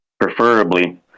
preferably